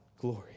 glory